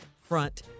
front